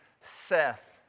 Seth